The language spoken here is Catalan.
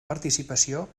participació